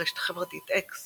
ברשת החברתית אקס